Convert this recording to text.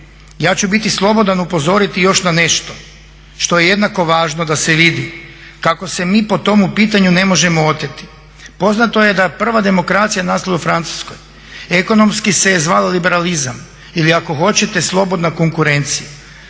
Ja ću biti slobodan upozoriti još na nešto što je jednako važno da se vidi kako se mi po tomu pitanju ne možemo oteti. Poznato je da je prva demokracija nastala u Francuskoj, ekonomski se je zvao liberalizam ili ako hoćete slobodna konkurencija.